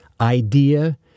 idea